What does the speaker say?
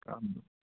up